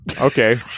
Okay